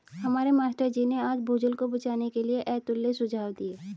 हमारे मास्टर जी ने आज भूजल को बचाने के लिए अतुल्य सुझाव दिए